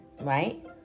right